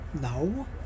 No